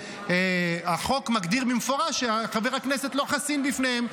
שהחוק מגדיר במפורש שחבר הכנסת לא חסין בפניהם.